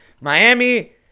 Miami